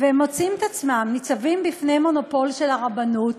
והם מוצאים את עצמם ניצבים בפני מונופול של הרבנות.